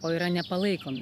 o yra nepalaikomi